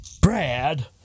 Brad